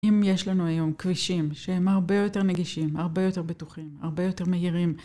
אם יש לנו היום כבישים שהם הרבה יותר נגישים, הרבה יותר בטוחים, הרבה יותר מהירים.